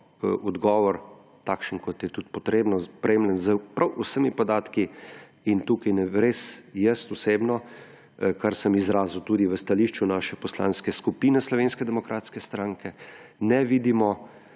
odgovor, takšen kot je tudi potrebno, opremljen s prav vsemi podatki. Tukaj res jaz osebno in kar sem izrazil tudi v stališču Poslanske skupine Slovenske demokratske stranke – ne vidimo